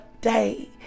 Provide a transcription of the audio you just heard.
day